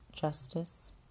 Justice